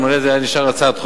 אילו היתה נשארת הצעת חוק.